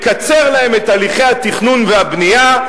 לקצר להן את הליכי התכנון והבנייה.